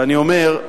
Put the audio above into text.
ואני אומר,